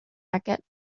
market